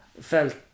felt